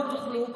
לא תוכלו,